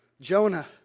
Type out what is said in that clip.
Jonah